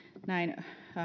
näin